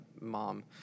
mom